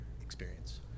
experience